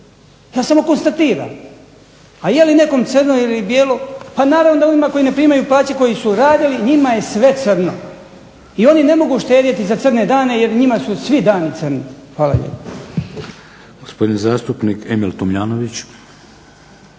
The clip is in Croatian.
Ja samo konstatiram. A je li nekom crno ili bijelo, pa naravno da onima koji ne primaju plaće, koji su radili njima je sve crno i oni ne mogu štedjeti za crne dane jer njima su svi dani crni. Hvala lijepa.